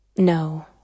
No